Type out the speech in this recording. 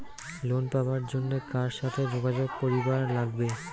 Loan পাবার জন্যে কার সাথে যোগাযোগ করিবার লাগবে?